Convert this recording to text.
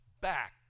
back